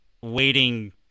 waiting